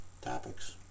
topics